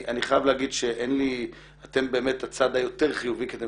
אני חייב להגיד שאתם באמת הצד היותר חיובי כי אתם